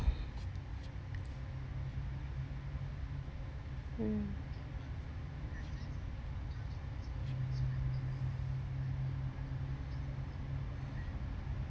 hmm